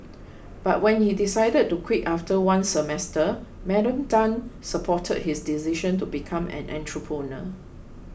but when he decided to quit after one semester Madam Tan supported his decision to become an entrepreneur